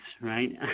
right